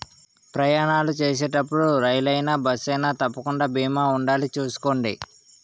ప్రయాణాలు చేసేటప్పుడు రైలయినా, బస్సయినా తప్పకుండా బీమా ఉండాలి చూసుకోండి